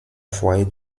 foyer